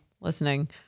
listening